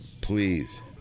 Please